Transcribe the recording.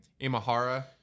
Imahara